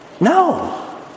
No